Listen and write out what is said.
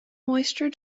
moisture